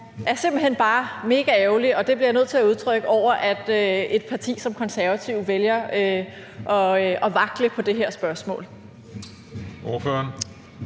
Jeg er simpelt hen bare megaærgerlig – og det bliver jeg nødt til at udtrykke – over, at et parti som Konservative vælger at vakle på det her spørgsmål.